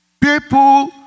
People